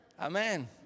Amen